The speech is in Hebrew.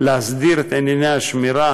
יכולות להסדיר את ענייני השמירה,